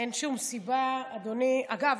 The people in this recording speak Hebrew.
אגב,